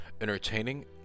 entertaining